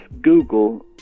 Google